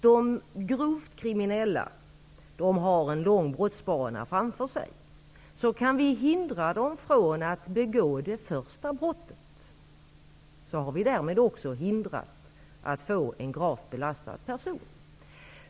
De grovt kriminella har en lång brottsbana framför sig. Kan vi hindra någon från att begå det första brottet har vi därmed också förhindrat att få en gravt belastad person.